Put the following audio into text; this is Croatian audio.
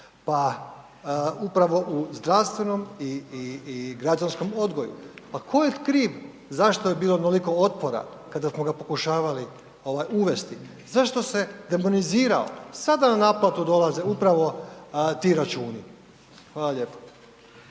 Pa upravo u zdravstvenom i građanskom odgoju. Pa tko je kriv zašto je bilo onoliko otpora kada smo ga pokušavali uvesti? Zašto se demonizirao? Sada na naplatu dolaze upravo ti računi. Hvala lijepo.